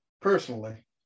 personally